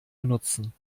benutzen